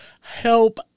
Help